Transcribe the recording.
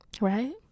Right